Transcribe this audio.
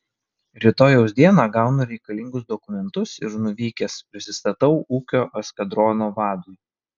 rytojaus dieną gaunu reikalingus dokumentus ir nuvykęs prisistatau ūkio eskadrono vadui